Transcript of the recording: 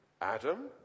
adam